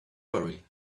worry